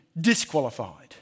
disqualified